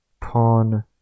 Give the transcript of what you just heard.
Pawn